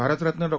Bharat Ratna Dr